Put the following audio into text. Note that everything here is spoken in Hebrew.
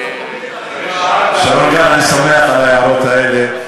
שרון גל, אני שמח על ההערות האלה.